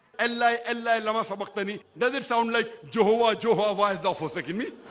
and like eli lama sabachthani, does it sound like jehovah jehovah is god forsaken me